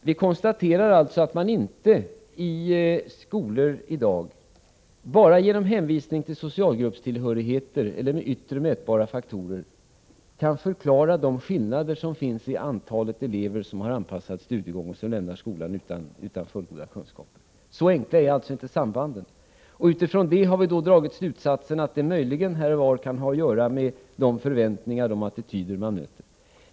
Vi konstaterar att det i dag inte är möjligt att bara genom hänvisning till socialgruppstillhörighet eller med yttre mätbara faktorer kan förklara de skillnader som finns mellan olika skolor i antalet elever som har anpassad studiegång och som lämnar skolan utan fullgoda kunskaper. Så enkla är inte sambanden. Utifrån detta har vi dragit slutsatsen att det möjligen här och var kan ha att göra med förväntningar och attityder.